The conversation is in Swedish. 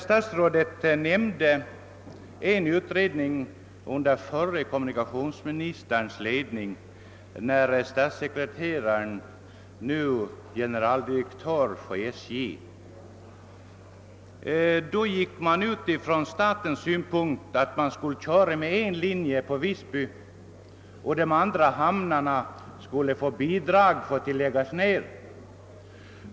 Statsrådet nämnde en överläggning under förre kommunikationsministerns ledning och med deltagande av dåvarande statssekreteraren, nuvarande generaldirektören för SJ. Då utgick man ifrån att man skulle köra med en linje på Visby medan de andra, Klintehamn och Kappelshamn, skulle läggas ned.